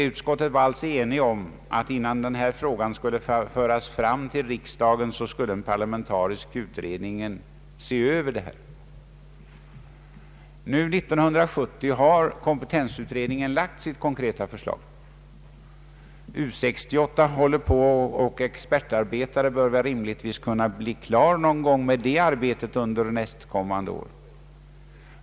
Utskottet var alltså enigt om att innan denna fråga fördes fram till riksdagen skulle den parlamentariska utredningen se över detta. Nu 1970 har kompetensutredningen lagt fram sitt konkreta förslag. U 68 håller på med sitt expertarbete och bör rimligtvis bli klar med det någon gång under nästkommande år.